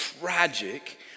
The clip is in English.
tragic